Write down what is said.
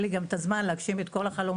לי גם את הזמן להגשים את כל החלומות,